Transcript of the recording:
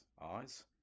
eyes